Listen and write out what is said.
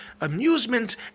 amusement